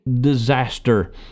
disaster